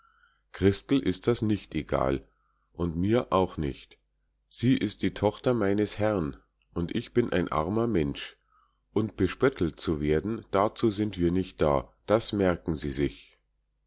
christel ist das nicht egal und mir auch nicht sie ist die tochter meines herrn und ich bin ein armer mensch und bespöttelt zu werden dazu sind wir nicht da das merken sie sich